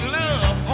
love